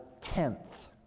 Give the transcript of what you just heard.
tenth